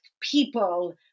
people